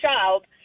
child